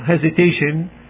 hesitation